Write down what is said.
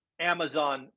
Amazon